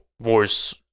voice